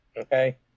Okay